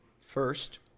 First